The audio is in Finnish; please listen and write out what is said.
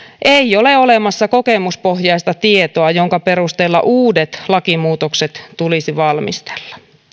ei ole olemassa kokemuspohjaista tietoa jonka perusteella uudet lakimuutokset tulisi valmistella